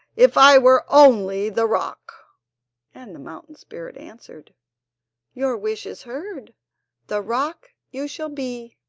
if i were only the rock and the mountain spirit answered your wish is heard the rock you shall be!